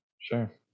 Sure